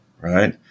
right